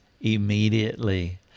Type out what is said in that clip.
immediately